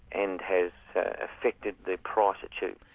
and has affected the price achieved.